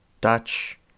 Dutch